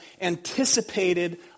anticipated